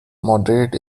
moderate